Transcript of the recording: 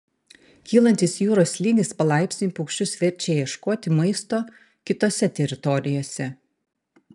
kylantis jūros lygis palaipsniui paukščius verčia ieškoti maisto kitose teritorijose